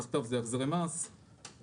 מתחתיו החזרי מס,